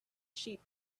sheep